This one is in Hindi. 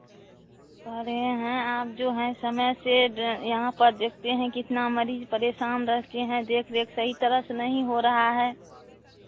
कह रहे हैं आप जो हैं समय से यहाँ पर देखते हैं कितना मरीज़ परेशान रखते हैं देख रेख सही तरह से नहीं हो रहा है